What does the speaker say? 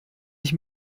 ich